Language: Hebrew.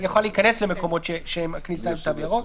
הוא יוכל להיכנס למקומות שהכניסה אליהם עם תו ירוק.